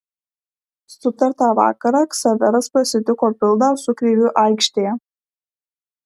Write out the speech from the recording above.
sutartą vakarą ksaveras pasitiko bildą su kreiviu aikštėje